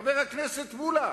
חבר הכנסת מולה,